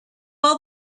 all